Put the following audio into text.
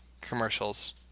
commercials